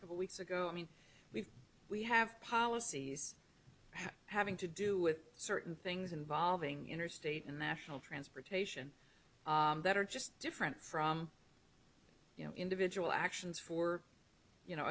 case of weeks ago i mean we've we have policies having to do with certain things involving interstate and the national transportation that are just different from you know individual actions for you know